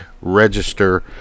Register